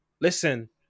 listen